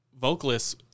vocalists